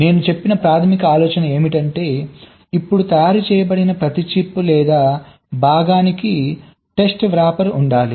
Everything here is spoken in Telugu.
నేను చెప్పిన ప్రాథమిక ఆలోచన ఏమిటంటే ఇప్పుడు తయారు చేయబడిన ప్రతి చిప్ లేదా భాగానికి టెస్ట్ వ్రాపర్ ఉండాలి